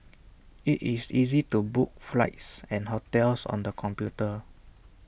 IT is easy to book flights and hotels on the computer